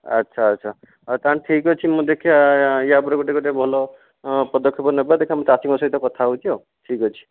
ଆଚ୍ଛା ଆଚ୍ଛା ଆଉ ତା ହେଲେ ଠିକ ଅଛି ମୁଁ ଦେଖେ ୟାପରେ ଗୋଟିଏ ଗୋଟିଏ ଭଲ ପଦକ୍ଷେପ ନେବା ଦେଖିବା ମୁଁ ଚାଷୀଙ୍କ ସହିତ କଥା ହେଉଛି ଆଉ ଠିକ ଅଛି